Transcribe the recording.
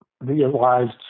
realized